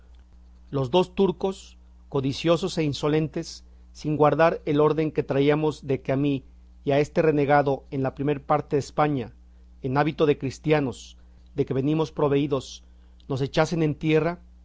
los dos turcos codiciosos e insolentes sin guardar el orden que traíamos de que a mí y a este renegado en la primer parte de españa en hábito de cristianos de que venimos proveídos nos echasen en tierra